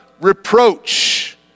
reproach